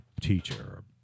teacher